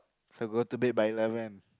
so go to bed by eleven